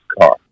car